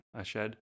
Ashed